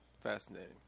Fascinating